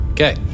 Okay